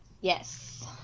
Yes